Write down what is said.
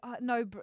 no